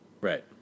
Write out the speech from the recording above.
Right